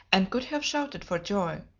and could have shouted for joy.